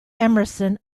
emerson